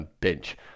bench